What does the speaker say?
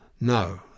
No